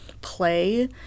play